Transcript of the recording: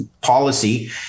policy